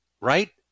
right